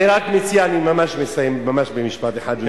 אני רק מציע אני ממש מסיים במשפט אחד.